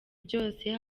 byose